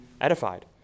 edified